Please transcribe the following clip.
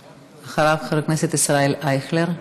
אחריו, חבר הכנסת ישראל אייכלר.